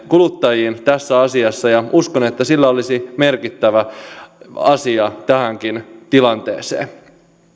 kuluttajiin tässä asiassa ja uskon että se olisi merkittävä asia tähänkin tilanteeseen